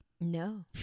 No